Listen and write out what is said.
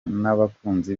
n’abakunzi